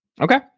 Okay